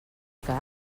cas